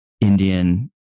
Indian